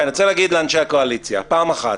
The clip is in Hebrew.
אני רוצה להגיד לאנשי הקואליציה פעם אחת,